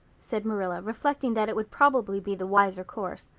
said marilla, reflecting that it would probably be the wiser course.